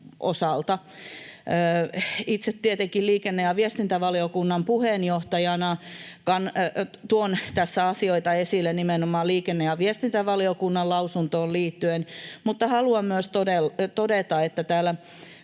Itse tietenkin liikenne- ja viestintävaliokunnan puheenjohtajana tuon tässä asioita esille nimenomaan liikenne- ja viestintävaliokunnan lausuntoon liittyen, mutta haluan myös todeta, että täällä